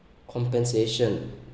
compensation